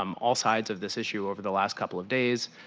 um all sides of this issue over the last couple of days.